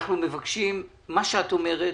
מה שאת אומרת,